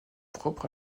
propres